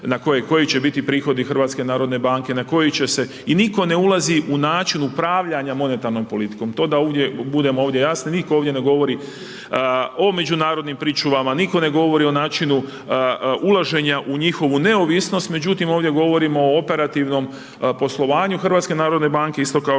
koji će biti prihodi HNB, na koji će se i nitko ne ulazi u način upravljanja monetarnom politikom. To da budem ovdje jasan, nitko ovdje ne govori o međunarodnim pričuvama, nitko ne govori o načinu ulaženja u njihovu neovisnost, međutim, ovdje govorimo o operativnom poslovanju HNB, isto kao